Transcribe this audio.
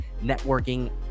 networking